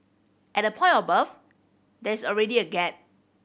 at the point of birth there is already a gap